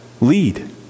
lead